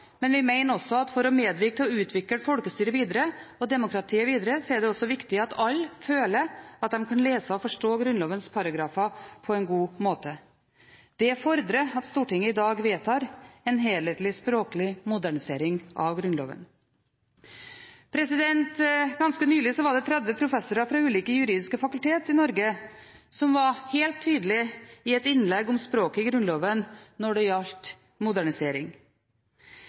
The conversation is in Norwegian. men vi mener at for å medvirke til å utvikle folkestyret – demokratiet – videre er det viktig at alle føler at de kan lese og forstå Grunnlovens paragrafer på en god måte. Det fordrer at Stortinget i dag vedtar en helhetlig, språklig modernisering av Grunnloven. Ganske nylig var 30 professorer fra ulike juridiske fakulteter i Norge i et innlegg om språket i Grunnloven helt tydelig når det gjaldt modernisering.